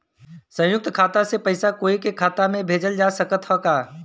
संयुक्त खाता से पयिसा कोई के खाता में भेजल जा सकत ह का?